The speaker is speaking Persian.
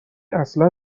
اصلا